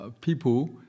people